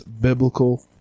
biblical